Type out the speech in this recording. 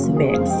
mix